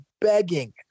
begging